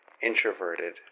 introverted